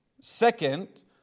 second